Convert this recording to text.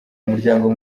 umuryango